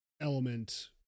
element